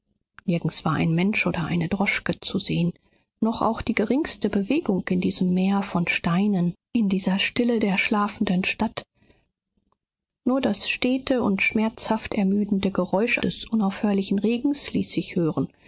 nirgends war ein mensch oder eine droschke zu sehen noch auch die geringste bewegung in diesem meer von steinen in dieser stille der schlafenden stadt nur das stete und schmerzhaft ermüdende geräusch des unaufhörlichen regens ließ sich hören